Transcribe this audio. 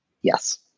Yes